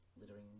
littering